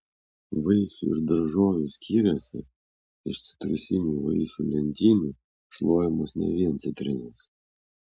vaisių ir daržovių skyriuose iš citrusinių vaisių lentynų šluojamos ne vien citrinos